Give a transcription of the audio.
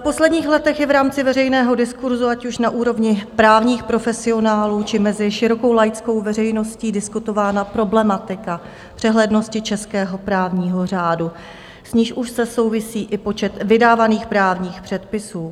V posledních letech je v rámci veřejného diskurzu, ať už na úrovni právních profesionálů, či mezi širokou laickou veřejností, diskutována problematika přehlednosti českého právního řádu, s níž úzce souvisí i počet vydávaných právních předpisů.